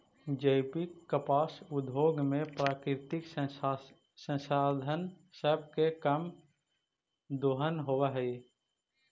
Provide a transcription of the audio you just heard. जैविक कपास उद्योग में प्राकृतिक संसाधन सब के कम दोहन होब हई